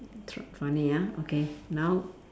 tr~ funny ah okay now